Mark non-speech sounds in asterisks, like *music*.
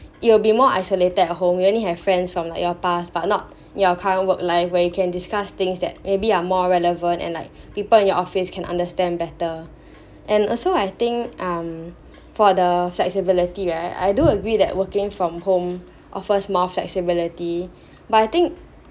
you will be more isolated at home you only have friends from like your past but not your current work life where you can discuss things that maybe are more relevant and like people in your office can understand better *breath* and also I think um for the flexibility right I do agree that working from home offers more flexibility *breath* but I think